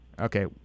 Okay